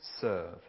serve